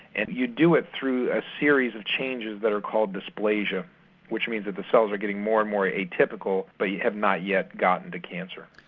and you do it through a series of changes that are called dysplasia which means that the cells are getting more and more atypical but you have not yet gotten to cancer.